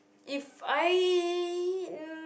If I